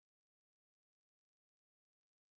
Adam Peggy Sue